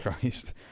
Christ